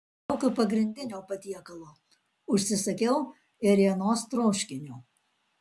laukiu pagrindinio patiekalo užsisakiau ėrienos troškinio